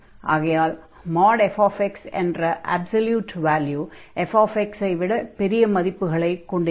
ஆகையால் f என்ற absolute value f ஐ விட பெரிய மதிப்புகளைக் கொண்டிருக்கும்